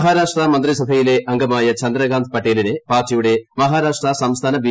മഹാരാഷ്ട്രാ മന്ത്രിസഭയിലെ അംഗമായ ചന്ദ്രകാത് പട്ടേലിനെ പാർട്ടിയുടെ മഹാരാഷ്ട്രാ സംസ്ഥാന ബി